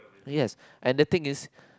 yes and the thing is